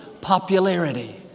popularity